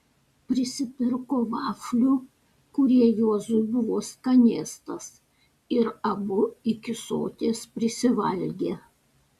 prisipirko vaflių kurie juozui buvo skanėstas ir abu iki soties prisivalgė